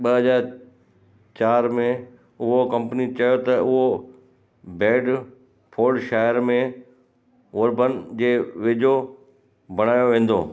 ॿ हज़ार चारि में उहो कंपनी चयो त उहो बेडफोर्डशायर में वोर्बन जे वेझो बणायो वेंदो